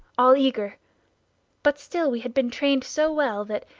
all eager but still we had been trained so well that,